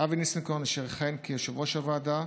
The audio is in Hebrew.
אבי ניסנקורן, אשר יכהן כיושב-ראש הוועדה,